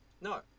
No